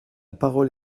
parole